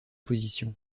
position